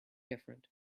different